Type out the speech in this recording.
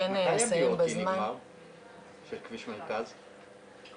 מתי ה-BOT של כביש מרכז נגמר?